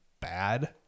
bad